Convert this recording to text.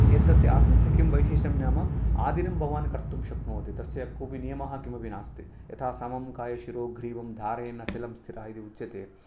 एतस्य आसनस्य किं वैशिष्ट्यं नाम आदिनं भवान् कर्तुं शक्नोति तस्य कोपि नियमः किमपि नास्ति यथा समं कायशिरो ग्रीवं धारयन् अचलं स्थिरा इति उच्यते